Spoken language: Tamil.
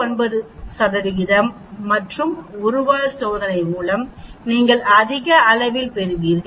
99 மற்றும் ஒரு வால் சோதனை மூலம் நீங்கள் அதிக அளவில் பெறுவீர்கள்